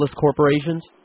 corporations